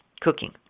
cooking